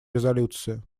резолюции